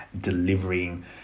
delivering